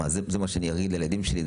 זה מה שאני אגיד לילדים שלי,